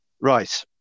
Right